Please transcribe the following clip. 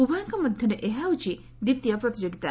ଉଭୟଙ୍କ ମଧ୍ୟରେ ଏହା ହେଉଛି ଦ୍ୱିତୀୟ ପ୍ରତିଯୋଗିତା